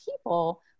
people